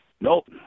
Nope